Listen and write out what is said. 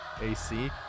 AC